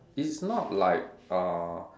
it's not like uh